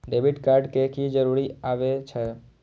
Debit card के की जरूर आवे छै?